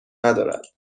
ندارد